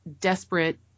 desperate